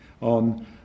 on